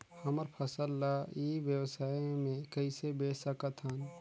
हमर फसल ल ई व्यवसाय मे कइसे बेच सकत हन?